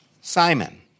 Simon